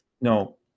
No